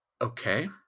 okay